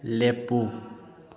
ꯂꯦꯞꯄꯨ